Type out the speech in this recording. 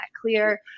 clear